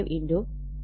2